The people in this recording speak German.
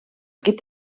gibt